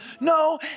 No